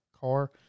car